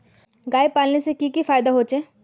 गाय पालने से की की फायदा होचे?